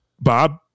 bob